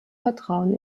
vertrauen